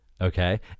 Okay